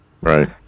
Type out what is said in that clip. Right